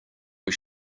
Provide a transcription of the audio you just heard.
was